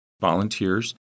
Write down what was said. volunteers